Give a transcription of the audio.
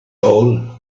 hole